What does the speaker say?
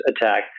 attack